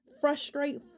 frustrate